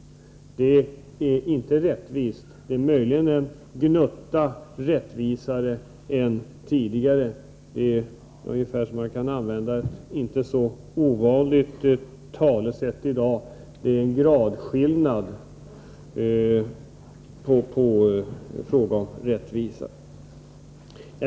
Detta är inte rättvist. Det innebär möjligen en gnutta större rättvisa än tidigare. Man kan använda ett talesätt som inte är så ovanligt i dag och säga att det rör sig om en gradskillnad i fråga om rättvisa.